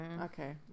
Okay